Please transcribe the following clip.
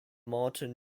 martin